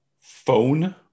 phone